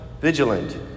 vigilant